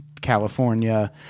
California